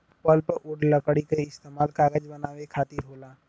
pulpwood लकड़ी क इस्तेमाल कागज बनावे खातिर होला